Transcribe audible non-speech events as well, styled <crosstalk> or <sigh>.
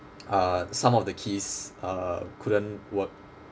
<noise> uh some of the keys uh couldn't work